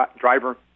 driver